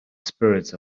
spirits